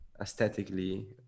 aesthetically